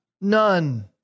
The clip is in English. none